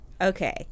okay